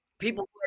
People